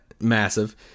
massive